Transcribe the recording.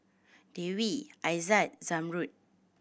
Dwi Aizat Zamrud